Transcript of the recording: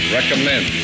recommend